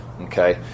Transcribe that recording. okay